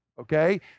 Okay